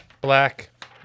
black